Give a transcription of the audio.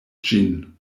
ĝin